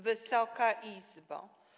Wysoka Izbo!